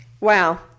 Wow